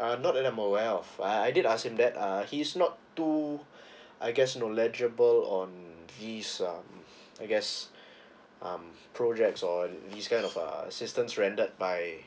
I'm not that aware of uh I did ask him that uh he is not too I guess no legible on his um I guess um projects on this kind of uh assistance rendered by